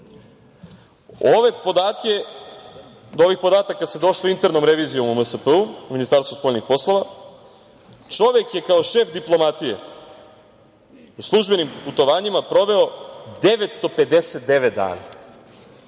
evra. Do ovih podataka se došlo internom revizijom u Ministarstvu spoljnih poslova. Čovek je kao šef diplomatije na službenim putovanjima proveo 959 dana.